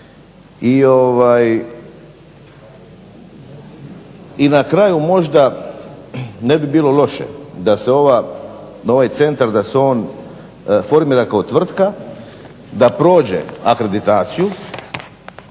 I na kraju možda ne bi bilo loše da se ovaj centar formira kao tvrtka, da prođe akreditaciju